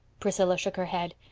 priscilla shook her head.